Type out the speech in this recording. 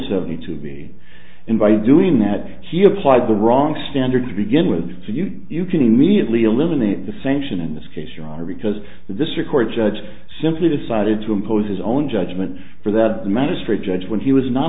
seventy to be in by doing that he applied the wrong standard to begin with so you you can immediately eliminate the sanction in this case your honor because the district court judge simply decided to impose his own judgment for that matter straight judge when he was not